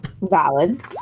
Valid